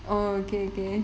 orh okay okay